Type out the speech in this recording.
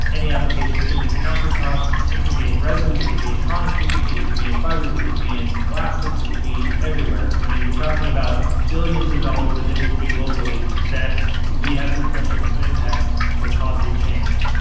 any applications could be countertops, it could be in resins, it could be in concrete, it it could be in fibres, it could be in plastics, it could be everywhere. i mean, you're talking about billions of dollars of industry globally that we have the potential to impact with positive change.